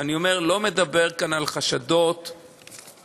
ואני אומר: לא מדובר כאן על חשדות פליליים,